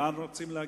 לאן רוצים להגיע?